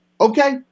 Okay